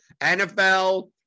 NFL